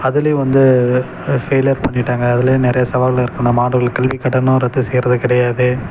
அதுலேயும் வந்து ஃபெய்லியர் பண்ணிவிட்டாங்க அதுலேயும் நிறைய சவால்கள் இருக்குது மாணவர்கள் கல்விக் கடனை ரத்து செய்கிறது கிடையாது